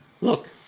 look